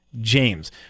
James